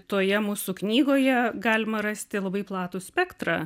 toje mūsų knygoje galima rasti labai platų spektrą